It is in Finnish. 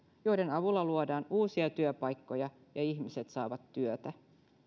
joiden avulla luodaan uusia työpaikkoja ja ihmiset saavat työtä